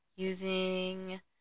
using